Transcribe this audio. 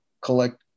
collect